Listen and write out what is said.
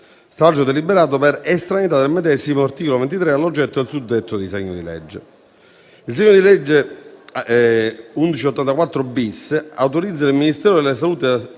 1184, deliberato per estraneità del medesimo articolo 23 all'oggetto del suddetto disegno di legge. Il disegno di legge n. 1184-*bis* autorizza il Ministero della salute ad assunzioni